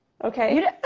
Okay